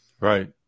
Right